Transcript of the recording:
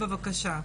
בבקשה,